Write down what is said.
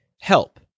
help